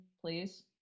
please